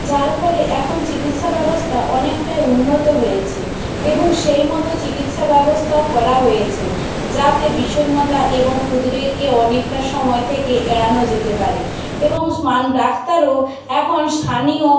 যার ফলে এখন চিকিৎসা ব্যবস্থা অনেকটাই উন্নত হয়েছে এবং সেই মতো চিকিৎসা ব্যবস্থাও করা হয়েছে যাতে বিষণ্ণতা এবং উদ্বেগকে অনেকটা সময় থেকে এড়ানো যেতে পারে এবং ডাক্তারও এখন স্থানীয়